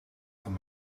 voor